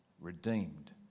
redeemed